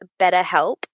BetterHelp